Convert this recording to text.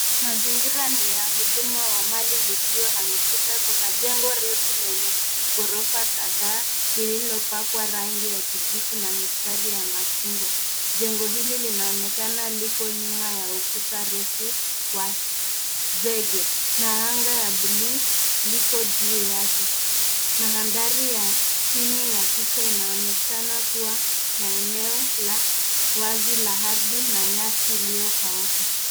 Mazingira ni ya huduma ya mali isiyohamasika. Kuna jengo refu lenye ghorofa kadhaa lililopakwa rangi ya kijivu na mistari ya machungwa. Jengo hili linaonekana liko nyuma ya ukuta refu wa zege. Na anga ya bluu liko juu yake. Mandhari ya chini ya picha inaonekana kuwa na eneo la wazi la ardhi na nyasi iliyokauka.